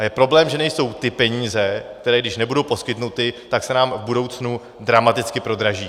A je problém, že nejsou ty peníze, které když nebudou poskytnuty, tak se nám v budoucnu dramaticky prodraží.